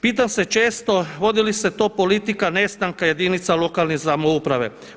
Pitam se često vodili se to politika nestanka jedinica lokalne samouprave?